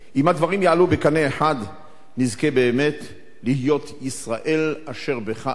אם הדברים יעלו בקנה אחד נזכה באמת להיות "ישראל אשר בך אתפאר".